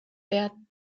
werden